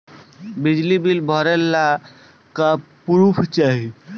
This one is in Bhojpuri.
बिजली बिल भरे ला का पुर्फ चाही?